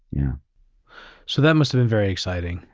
yeah. so that must've been very exciting.